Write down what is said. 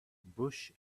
bush